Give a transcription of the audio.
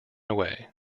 away